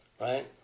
right